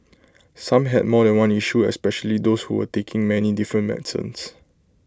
some had more than one issue especially those who were taking many different medicines